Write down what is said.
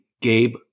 Gabe